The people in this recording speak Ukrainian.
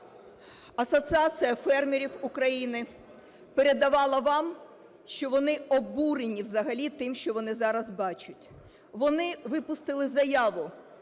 Асоціація фермерів України передавала вам, що вони обурені взагалі тим, що вони зараз бачать. Вони випустили заяву,